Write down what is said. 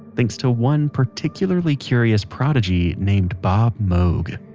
thanks to one particularly curious prodigy named bob moog